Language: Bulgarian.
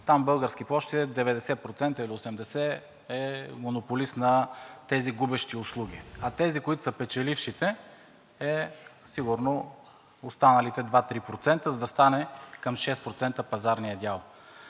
от „Български пощи“ е 80 или 90% монополист на тези губещи услуги. Тези, които са печеливши, сигурно са останалите 2 – 3%, за да стане към 6% пазарният дял.